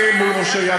אדוני השר,